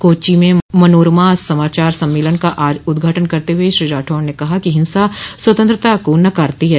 कोच्चि में मनोरमा समाचार सम्मेलन का आज उद्घाटन करते हुए श्री राठौर ने कहा कि हिंसा स्वतंत्रता को नकारती है